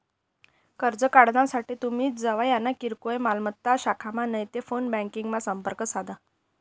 कर्ज काढानासाठे तुमी जवयना किरकोय मालमत्ता शाखामा नैते फोन ब्यांकिंगमा संपर्क साधा